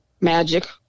magic